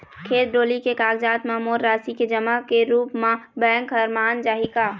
खेत डोली के कागजात म मोर राशि के जमा के रूप म बैंक हर मान जाही का?